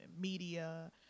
media